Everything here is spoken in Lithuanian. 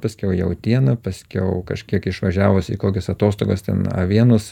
paskiau jautiena paskiau kažkiek išvažiavus į kokias atostogas ten avienos